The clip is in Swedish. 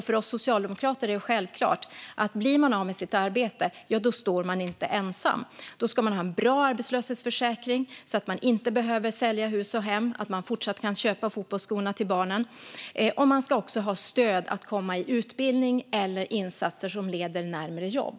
För oss socialdemokrater är det självklart att om man blir av med sitt arbete står man inte ensam. Då ska man ha en bra arbetslöshetsförsäkring så att man inte behöver sälja hus och hem och fortsatt kan köpa fotbollsskorna till barnen. Man ska också ha stöd att komma i utbildning eller insatser som leder närmare jobb.